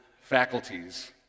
faculties